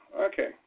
Okay